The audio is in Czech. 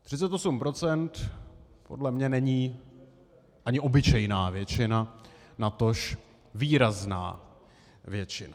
Třicet osm procent podle mě není ani obyčejná většina, natož výrazná většina.